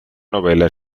novela